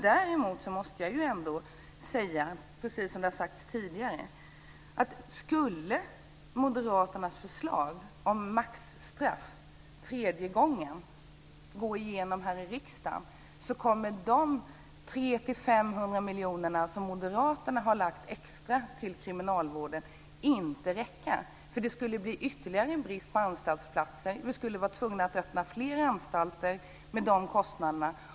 Däremot måste jag säga, precis som det framförts tidigare, att skulle moderaternas förslag om maximistraff tredje gången gå igenom här i riksdagen kommer de 300-500 miljoner kronor som moderaterna lagt extra till kriminalvården inte att räcka. Det skulle nämligen bli ytterligare brist på anstaltsplatser, och vi skulle vara tvungna att öppna fler anstalter - med de kostnader som det medför.